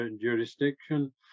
jurisdiction